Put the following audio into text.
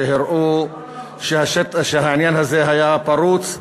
שהראו שהעניין הזה היה פרוץ,